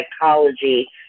psychology